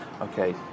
okay